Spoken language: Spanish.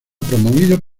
promovido